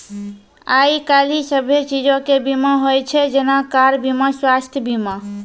आइ काल्हि सभ्भे चीजो के बीमा होय छै जेना कार बीमा, स्वास्थ्य बीमा